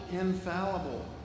infallible